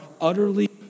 utterly